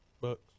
Bucks